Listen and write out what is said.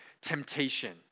temptation